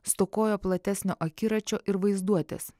stokojo platesnio akiračio ir vaizduotės